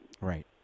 Right